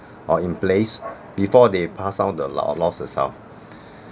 or in place before they pass down the la~ laws itself